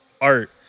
art